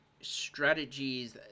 strategies